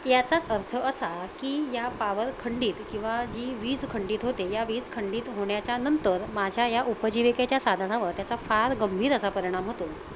याचाच अर्थ असा की या पावर खंडित किंवा जी वीज खंडित होते या वीज खंडित होण्याच्या नंतर माझ्या या उपजीविकेच्या साधनावर त्याचा फार गंभीर असा परिणाम होतो